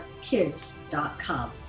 kids.com